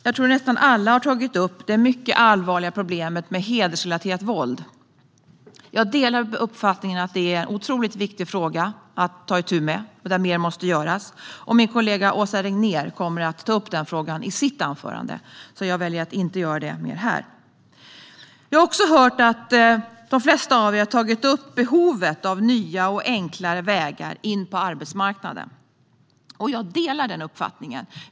Jag tror att nästan alla har tagit upp det mycket allvarliga problemet med hedersrelaterat våld. Jag delar uppfattningen att det är en otroligt viktig fråga att ta itu med. Och mer måste göras. Min kollega Åsa Regnér kommer att ta upp frågan i sitt anförande, så jag väljer att inte göra det nu. Jag har också hört att de flesta av er har tagit upp behovet av nya och enklare vägar in på arbetsmarknaden. Jag delar den uppfattningen.